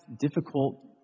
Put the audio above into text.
difficult